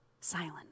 silent